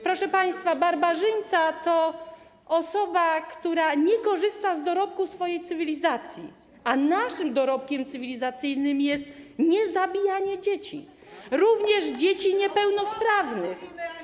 Proszę państwa, barbarzyńca to osoba, która nie korzysta z dorobku swojej cywilizacji, a naszym dorobkiem cywilizacyjnym jest niezabijanie dzieci, również dzieci niepełnosprawnych.